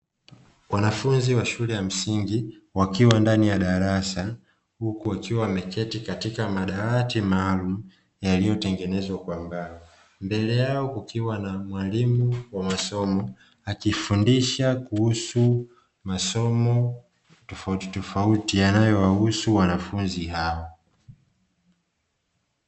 Wanafunzi wa shule ya msingi wakiwa ndani ya darasa, huku wakiwa wameketi katika madawati maalumu na yaliyotengenezwa kwa mbao. Mbele yao kukiwa na mwalimu wa masomo, akifundisha kuhusu masomo tofauti tofauti yanayowahusu wanafunzi hao.